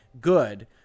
good